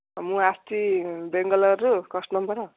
ମୁଁ ଆସଚି ବାଙ୍ଗାଲୋରରୁ କଷ୍ଟମର୍